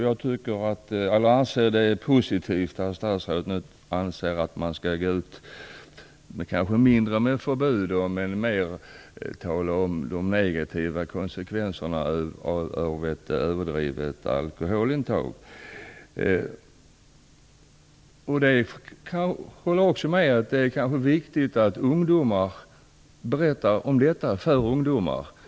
Jag anser att det är positivt att statsrådet nu anser att man skall gå ut med mindre förbud och mer tala om de negativa konsekvenserna av ett överdrivet alkoholintag. Jag håller med om att det är viktigt att ungdomar talar om dessa saker med andra ungdomar.